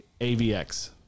AVX